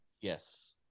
Yes